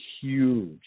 huge